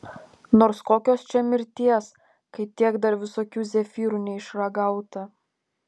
nors kokios čia mirties kai tiek dar visokių zefyrų neišragauta